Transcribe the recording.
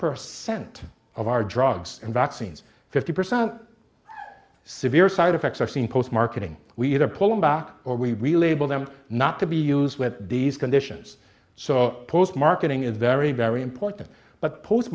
percent of our drugs and vaccines fifty percent severe side effects are seen post marketing we either pull them back or we relabeled them not to be used with these conditions so post marketing is very very important but pos